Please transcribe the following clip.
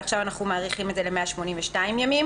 ועכשיו אנחנו מאריכים את זה ל-182 ימים.